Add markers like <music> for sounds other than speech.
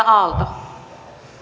<unintelligible> rouva